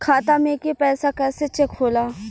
खाता में के पैसा कैसे चेक होला?